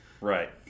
Right